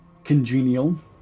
congenial